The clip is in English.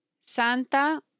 Santa